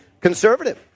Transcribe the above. conservative